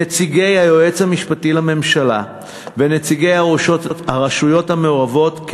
נציגי היועץ המשפטי לממשלה ונציגי הרשויות המעורבות,